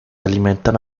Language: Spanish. alimentan